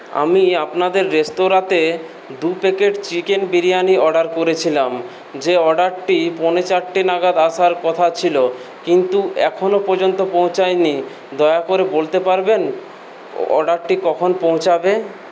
আমি আপনাদের রেস্তোরাঁতে দু প্যাকেট চিকেন বিরিয়ানি অর্ডার করেছিলাম যে অর্ডারটি পৌনে চারটে নাগাদ আসার কথা ছিল কিন্তু এখনো পর্যন্ত পৌঁছায়নি দয়া করে বলতে পারবেন অর্ডারটি কখন পৌঁছাবে